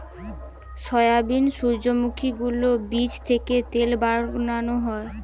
soybean, সূর্যোমুখী গুলোর বীচ থিকে তেল বানানো হচ্ছে